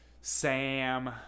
sam